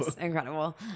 incredible